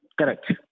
Correct